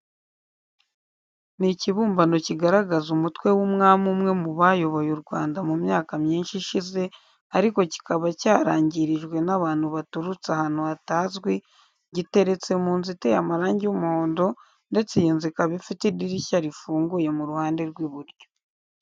Ni ikibumbano kigaragaza umutwe w'umwami umwe mu bayoboye u Rwanda mu myaka myinshi ishize ariko kibaka cyarangirijwe n'abantu baturutse ahantu hatazwi, giteretse mu nzu iteye amarangi y'umuhondo ndetse iyi nzu ikaba ifite idirishya rifunguye mu ruhande rw'iburyo.